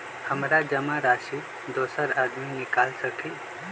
हमरा जमा राशि दोसर आदमी निकाल सकील?